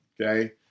Okay